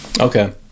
Okay